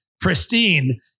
pristine